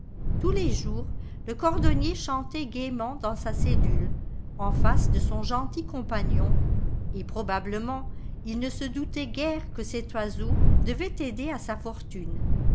tous les jours le cordonnier chantait gaiement dans sa cellule en face de son gentil compagnon et probablement il ne se doutait guère que cet oiseau devait aider à sa fortune